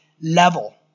level